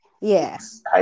Yes